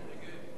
יצחק כהן,